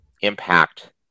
impact